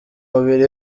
mubiri